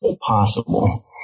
possible